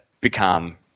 become